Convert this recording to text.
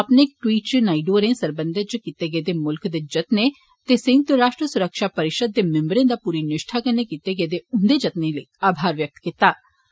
अपने इक टविट इच नायडू होरें इस सरबंधै इच कीत्ते गेदे मुल्ख दे जत्ने ते संयुक्त राश्ट्र सुरक्षा परिशद दे मिम्बरें दा पूरी निश्ठा कन्नै कीते गेदे उन्दे जत्ने लेइ आभार व्यक्त कीत्ता